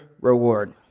reward